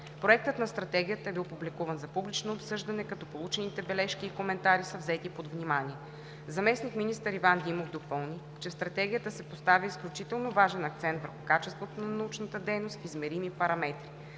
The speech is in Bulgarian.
Проектът на Стратегията е бил публикуван за публично обсъждане, като получените бележки и коментари са взети под внимание. Заместник-министър Иван Димов допълни, че в Стратегията се поставя изключително важен акцент върху качеството на научната дейност в измерими параметри.